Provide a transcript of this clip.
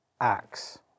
Acts